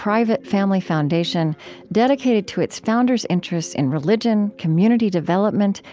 private family foundation dedicated to its founders' interests in religion, community development,